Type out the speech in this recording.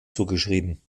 zugeschrieben